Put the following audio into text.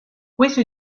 questo